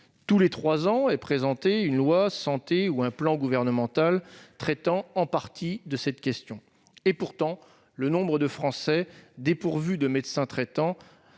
Tous les trois ans est présenté un projet de loi santé ou un plan gouvernemental traitant en partie de cette question. Pourtant, le nombre de Français privés de médecin traitant